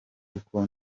uko